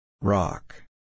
Rock